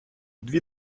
дві